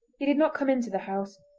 he did not come into the house,